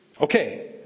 Okay